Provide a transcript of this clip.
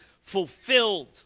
fulfilled